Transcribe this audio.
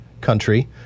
country